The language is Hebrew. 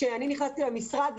שכשאני נכנסתי למשרד,